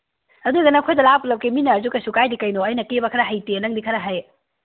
ꯑꯗꯨꯗꯨꯅ ꯑꯩꯈꯣꯏꯗ ꯂꯥꯛꯑꯒ ꯄꯨꯂꯞ ꯀꯦꯃꯤꯟꯅꯔꯁꯨ ꯀꯩꯁꯨ ꯀꯥꯏꯗꯦ ꯀꯩꯅꯣ ꯑꯩꯅ ꯀꯦꯕ ꯈꯔ ꯍꯩꯇꯦ ꯅꯪꯗꯤ ꯈꯔ ꯍꯩ